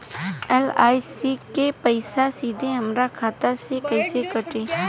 LIC के पईसा सीधे हमरा खाता से कइसे कटी?